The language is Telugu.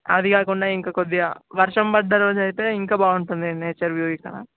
అది కాకుండా ఇంకా కొద్దిగా వర్షం పడ్డ రోజైతే ఇంకా బాగుంటుంది నేచర్ వ్యూ ఇక్కడ